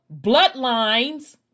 bloodlines